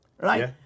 right